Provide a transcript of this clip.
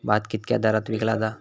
भात कित्क्या दरात विकला जा?